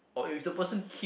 or if the person keep